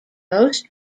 most